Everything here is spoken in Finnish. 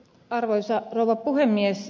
arvoisa rouva puhemies